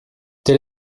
tel